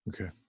Okay